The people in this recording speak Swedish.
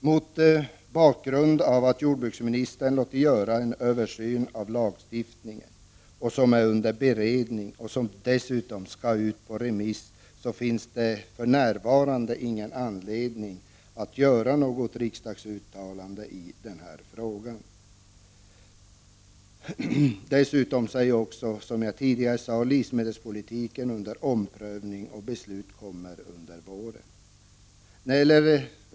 Mot bakgrund av att jordbruksministern låtit göra en översyn av lagstiftningen som är under beredning och som dessutom skall ut på remiss, finns det för närvarande ingen anledning att göra något riksdagsuttalande i den här frågan. Dessutom är, som jag har sagt tidigare, livsmedelspolitiken under omprövning och beslut kommer under våren.